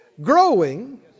growing